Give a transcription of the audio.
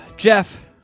Jeff